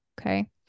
okay